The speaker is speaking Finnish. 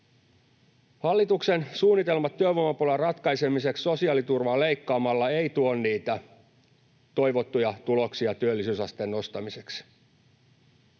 Hallituksen suunnitelmat työvoimapulan ratkaisemiseksi sosiaaliturvaa leikkaamalla eivät tuo niitä toivottuja tuloksia työllisyysasteen nostamiseksi.